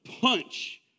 punch